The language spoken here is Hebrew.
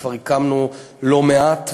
וכבר הקמנו לא מעט,